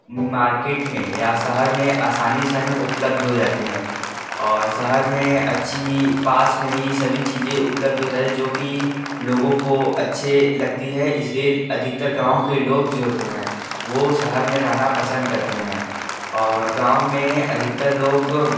market में या शहर में आसानी से हमें उपलब्ध हो जाते हैं और शहर में अच्छी पास में ही सभी चीजें उपलब्ध होता है जो की लोगों को अच्छे लगती है इसलिए अधिकतर गाँव के लोग जो होते हैं वो शहर में रहना पसंद करते हैं और गाँव में अधिकतर लोग